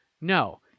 No